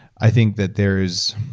i think that there is,